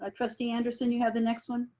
ah trustee anderson you have the next one?